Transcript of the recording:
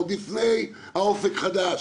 עוד לפני "אופק חדש",